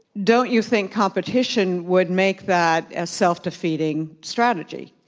don't you think competition would make that a self-defeating strategy?